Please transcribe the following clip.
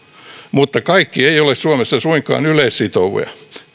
mutta kaikki eivät ole suomessa suinkaan yleissitovia